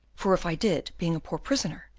for if i did, being a poor prisoner,